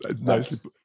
nice